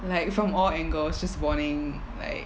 like from all angles just warning like